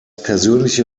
persönliche